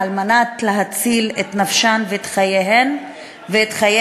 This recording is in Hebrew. על מנת להציל את נפשן ואת חייהן ואת חיי